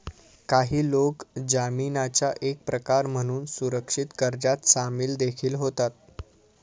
काही लोक जामीनाचा एक प्रकार म्हणून सुरक्षित कर्जात सामील देखील होतात